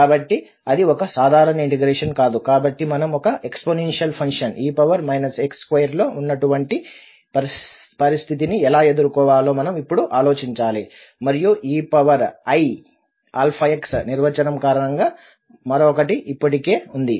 కాబట్టి అది ఒక సాధారణ ఇంటిగ్రేషన్ కాదు కాబట్టి మనం ఒక ఎక్స్పోనెన్షియల్ ఫంక్షన్ e ax2 లో ఉన్నటువంటి పరిస్థితిని ఎలా ఎదుర్కోవాలో మనం ఇప్పుడు ఆలోచించాలి మరియు eiαx నిర్వచనం కారణంగా మరొకటి ఇప్పటికే ఉంది